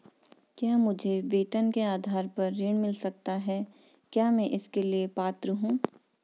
क्या मुझे वेतन के आधार पर ऋण मिल सकता है क्या मैं इसके लिए पात्र हूँ?